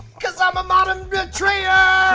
cause i'm a modern betrayer!